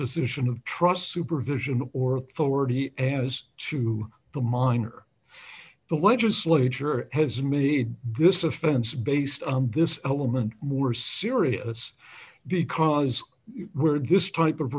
position of trust supervision or forty as to the minor the legislature as made this offense based on this element more serious because where this type of